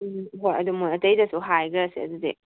ꯎꯝ ꯍꯣꯏ ꯑꯗꯣ ꯃꯣꯏ ꯑꯇꯩꯗꯁꯨ ꯍꯥꯏꯈ꯭ꯔꯁꯦ ꯑꯗꯨꯗꯤ